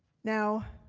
now,